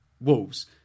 Wolves